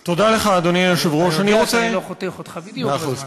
אתה יודע שאני לא חותך אותך בדיוק בזמן.